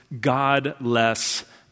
godless